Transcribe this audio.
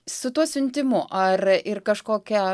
su tuo siuntimu ar ir kažkokią